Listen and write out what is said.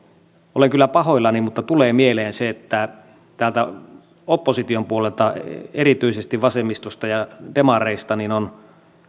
olen kyllä pahoillani mutta tulee mieleen se että täältä opposition puolelta erityisesti vasemmistosta ja demareista on